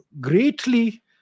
greatly